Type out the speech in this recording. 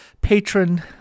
patron